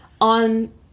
on